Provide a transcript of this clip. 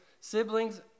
siblings